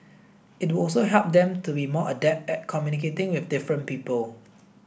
it would also help them be more adept at communicating with different people